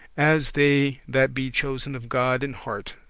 as they that be chosen of god in heart,